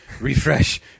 refresh